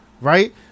Right